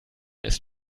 ist